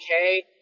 okay